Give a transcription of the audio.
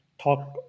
talk